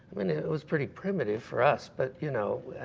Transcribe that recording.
it was pretty primitive for us, but you know